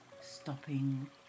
stopping